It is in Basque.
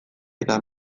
eta